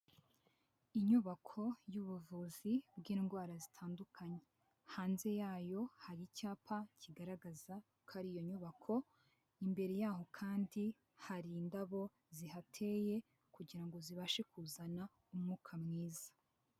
Inyubako y'ubuvuzi bw'indwara zitandukanye hanze yayo hari icyapa kigaragaza ko ari iyo nyubako, imbere yaho kandi hari indabo zihateye kugira ngo zibashe kuzana umwuka mwiza.